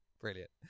Brilliant